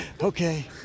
okay